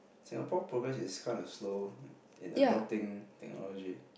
Singapore progress is kinda slow in adopting technology